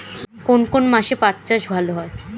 কোন কোন মাসে পাট চাষ ভালো হয়?